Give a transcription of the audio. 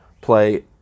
play